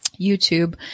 YouTube